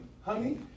honey